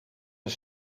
een